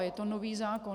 Je to nový zákon.